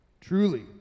Truly